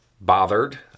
bothered